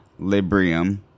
librium